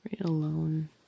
alone